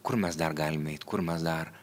kur mes dar galim eit kur mes dar